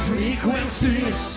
Frequencies